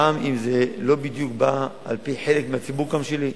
גם אם זה לא בדיוק בא על-פי חלק מהציבור, גם שלי.